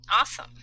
Awesome